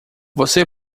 você